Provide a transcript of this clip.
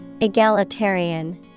Egalitarian